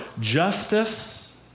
justice